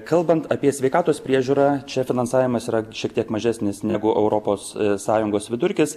kalbant apie sveikatos priežiūrą čia finansavimas yra šiek tiek mažesnis negu europos sąjungos vidurkis